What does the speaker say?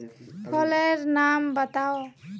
फसल लेर नाम बाताउ?